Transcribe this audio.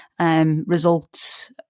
results